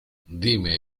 dime